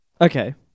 Okay